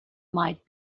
might